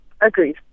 Agreed